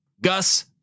Gus